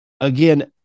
again